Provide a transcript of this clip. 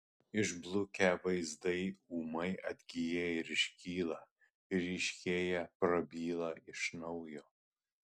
išblukę vaizdai ūmai atgyja ir iškyla ryškėja prabyla iš naujo